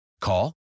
call